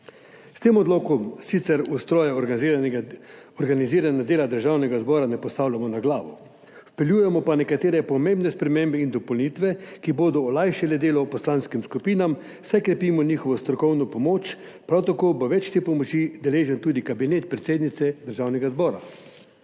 S tem odlokom sicer ustroja organiziranja dela Državnega zbora ne postavljamo na glavo, vpeljujemo pa nekatere pomembne spremembe in dopolnitve, ki bodo olajšale delo poslanskim skupinam, saj krepimo njihovo strokovno pomoč, prav tako bo več te pomoči deležen tudi Kabinet predsednice Državnega zbora.